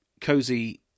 cozy